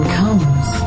comes